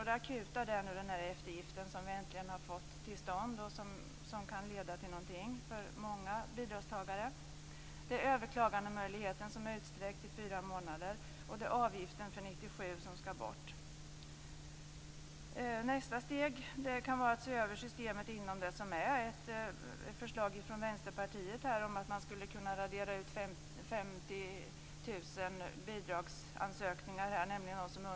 Det akuta är den eftergift som vi äntligen har fått till stånd och som kan leda till någonting positivt för många bidragstagare. Det är överklagandemöjligheten, som är utsträckt till fyra månader, och det är avgiften för 1997, som skall bort. Nästa steg kan vara att se över det system som finns. Det finns ett förslag från Vänsterpartiet om att man skulle kunna strunta i återkrav som gäller mindre än 1 000 kr.